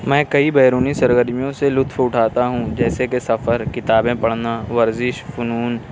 میں کئی بیرونی سرگرمیوں سے لطف اٹھاتا ہوں جیسے کہ سفر کتابیں پڑھنا ورزش فنون